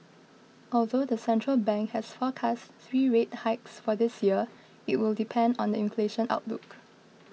although the central bank has forecast three rate hikes for this year it will depend on the inflation outlook